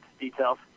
details